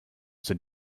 sind